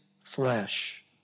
flesh